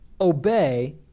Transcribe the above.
obey